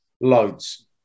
loads